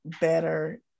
better